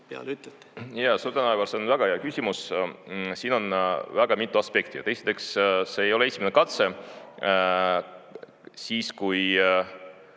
Jaa, suur tänu, Aivar! See on väga hea küsimus. Siin on väga mitu aspekti. Esiteks, see ei ole esimene katse. Siis, kui